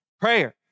Prayer